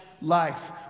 life